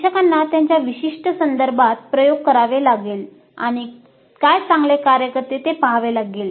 शिक्षकांना त्यांच्या विशिष्ट संदर्भात प्रयोग करावे लागेल आणि काय चांगले कार्य करते ते पहावे लागेल